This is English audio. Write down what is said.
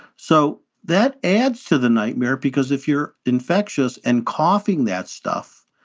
so that adds to the nightmare, because if you're infectious and coughing that stuff,